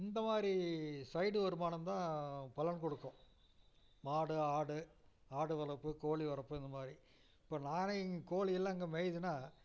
இந்த மாதிரி சைடு வருமானம் தான் பலன் கொடுக்கும் மாடு ஆடு ஆடு வளர்ப்பு கோழி வளர்ப்பு இந்த மாதிரி இப்போ நானே இங்கே கோழி எல்லாம் இங்கே மேயுதுனா